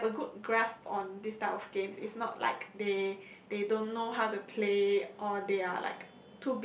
they have a good grasp on this type of games it's not like they they don't know how to play or they are like